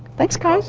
thanks, guys.